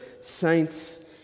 saints